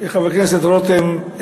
חבר הכנסת רותם,